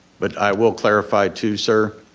but i will clarify too, sir,